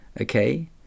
okay